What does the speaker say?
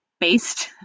based